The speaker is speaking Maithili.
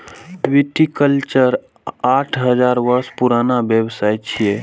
विटीकल्चर आठ हजार वर्ष पुरान व्यवसाय छियै